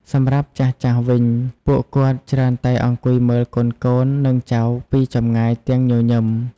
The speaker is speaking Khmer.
សម្រាប់ចាស់ៗវិញ ពួកគាត់ច្រើនតែអង្គុយមើលកូនៗ និងចៅពីចម្ងាយទាំងញញឹម។